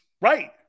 right